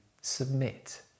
submit